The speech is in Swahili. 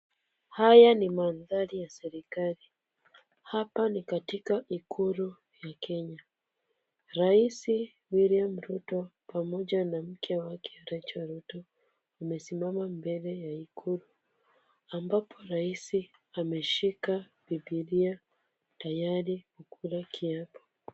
Haya ni mandhari ya serikali. Hapa ni katika ikulu ya kenya. Rais William Ruto pamoja na mke wake Rachael Ruto wamesimama mbele ya ikulu ambapo rais ameshika biblia tayari kula kiapo.